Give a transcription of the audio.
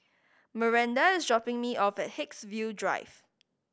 Myranda is dropping me off at Haigsville Drive